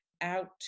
out